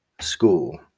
school